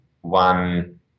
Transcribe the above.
one